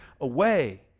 away